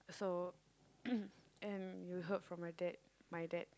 so and you heard from my dad my dad